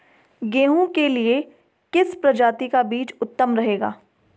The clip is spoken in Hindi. गेहूँ के लिए किस प्रजाति का बीज उत्तम रहेगा?